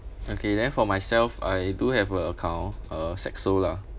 okay then for myself I do have a account uh saxo lah